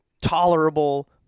tolerable